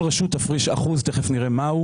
כל רשות תפריש אחוז תכף נראה מה הוא